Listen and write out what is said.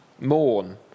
mourn